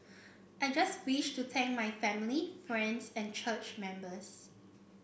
I just wish to thank my family friends and church members